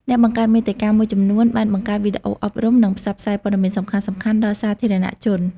អ្នកបង្កើតមាតិកាមួយចំនួនបានបង្កើតវីដេអូអប់រំ និងផ្សព្វផ្សាយព័ត៌មានសំខាន់ៗដល់សាធារណជន។